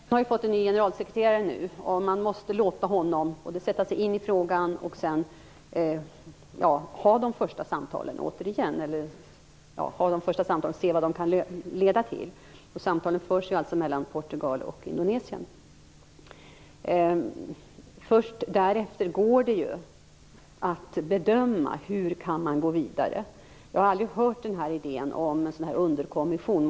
Herr talman! FN har ju fått en ny generalsekreterare. Man måste låta honom både sätta sig in i frågan och ha de första samtalen för att se vad de kan leda till. Samtal förs alltså mellan Portugal och Indonesien. Först därefter går det att bedöma hur man kan gå vidare. Jag har aldrig tidigare hört talas om idén med en underkommission.